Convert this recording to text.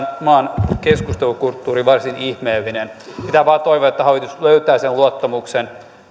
maan keskustelukulttuuri on varsin ihmeellinen pitää vain toivoa että hallitus löytää sen luottamuksen